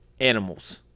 animals